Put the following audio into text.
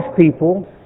people